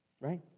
right